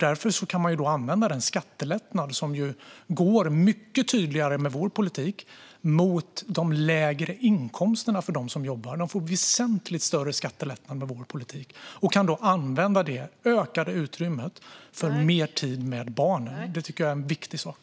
Därför kan de använda den skattelättnad som nu med vår politik går mycket tydligare mot dem med lägre inkomster som jobbar. De får väsentligt större skattelättnad med vår politik och kan använda det ökade utrymmet för mer tid med barnen. Det tycker jag är en viktig sak.